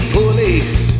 police